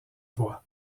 voix